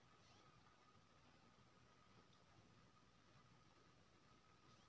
हम अपन आलू के उपज के खराब होय से पहिले गोदाम में कहिया तक रख सकलियै हन?